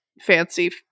fancy